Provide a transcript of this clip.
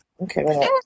Okay